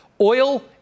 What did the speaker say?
Oil